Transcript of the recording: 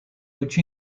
which